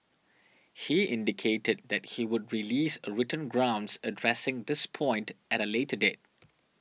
he indicated that he would release a written grounds addressing this point at a later date